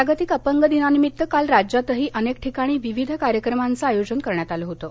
जागतिक अपंग दिनानिमित्त काल राज्यातही अनेक ठिकाणी विविध कार्यक्रमांचं आयोजन करण्यात आलं होतं